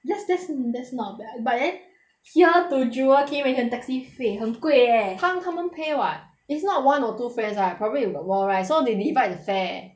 that's that's that's not bad but then here to jewel came in the taxi 费很贵 eh 他他们 pay [what] it's not one or two friends right probably you got more right so they divide the fare